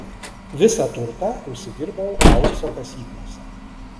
visą turtą užsidirbau aukso kasyklose